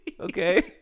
Okay